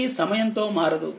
ఇది సమయంతో మారదు